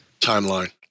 timeline